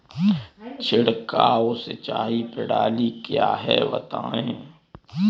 छिड़काव सिंचाई प्रणाली क्या है बताएँ?